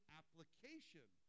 application